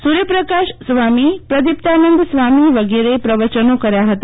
સુર્યપ્રકાશ સ્વામી પ્રદીપ્તાનંદ સ્વામી વગેરે એ પ્રવચનો કર્યા હતા